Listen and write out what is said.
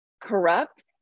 corrupt